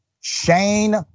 Shane